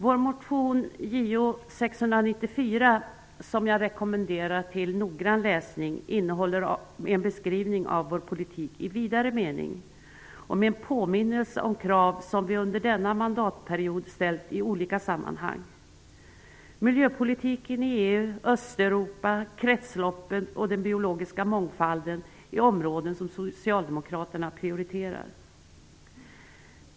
Vår motion Jo694, som jag rekommenderar till noggrann läsning, innehåller en beskrivning av vår politik i vidare mening och en påminnelse om krav som vi under denna mandatperiod ställt i olika sammanhang. Miljöpolitiken i EU, Östeuropa, kretsloppet och den biologiska mångfalden är områden som socialdemokraterna prioriterar.